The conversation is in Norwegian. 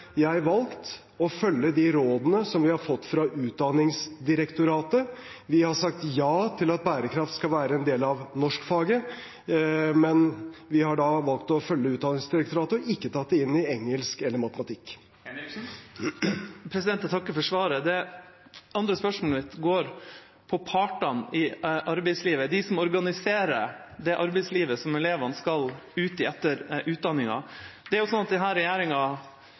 jeg valgt å følge de rådene som vi har fått fra Utdanningsdirektoratet. Vi har sagt ja til at bærekraft skal være en del av norskfaget, men vi har valgt å følge Utdanningsdirektoratet og ikke tatt det inn i engelsk eller matematikk. Jeg takker for svaret. Det andre spørsmålet mitt går på partene i arbeidslivet, de som organiserer det arbeidslivet som elevene skal ut i etter utdanningen. Denne regjeringa har ikke alltid lyttet til partene. Man har satt ned en lang rekke utvalg, bl.a. ekspertutvalg, uten at